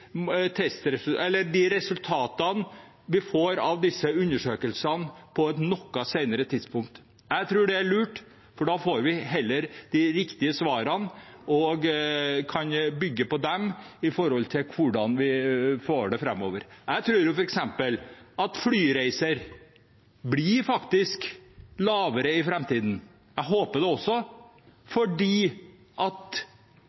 resultatene vi får av disse undersøkelsene – på et noe senere tidspunkt. Jeg tror det er lurt, for da får vi heller de riktige svarene og kan bygge på dem når det gjelder hvordan vi får det framover. Jeg tror f.eks. at antall flyreiser blir lavere i framtiden, jeg håper det også,